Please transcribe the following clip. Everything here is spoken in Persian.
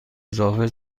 اضافه